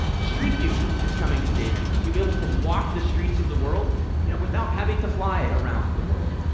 streetview is coming to daydream, so you'll be able to walk the streets of the world without having to fly around the world.